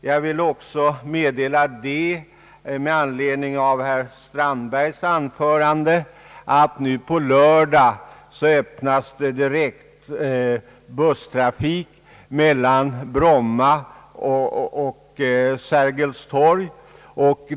Med anledning av herr Strandbergs anförande vill jag också meddela att det nu på lördag öppnas direkt busstrafik mellan Bromma och Sergels torg.